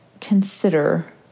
consider